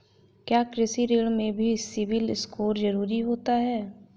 क्या कृषि ऋण में भी सिबिल स्कोर जरूरी होता है?